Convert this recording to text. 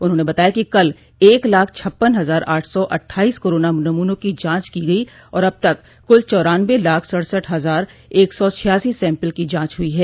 उन्होंने बताया कि कल एक लाख छप्पन हजार आठ सौ अठ्ठाइस कोरोना नमूनों की जाँच की गयी और अब तक कुल चौरान्नबे लाख सढ़सठ हजार एक सौ छियासी सैम्पल की जाँच हुई हैं